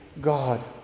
God